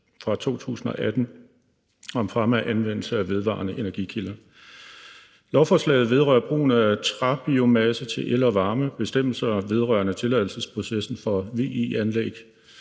fra 2018 om fremme af anvendelse af vedvarende energikilder. Lovforslaget vedrører brugen af træbiomasse til el og varme og bestemmelser vedrørende tilladelsesprocessen for VE-anlæg,